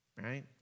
right